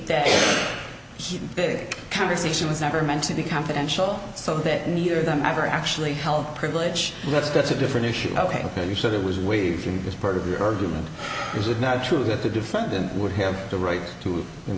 he big conversation was never meant to be confidential so that neither of them ever actually held privilege that's that's a different issue ok ok you said it was waived as part of your argument is it not true that the defendant would have the right to in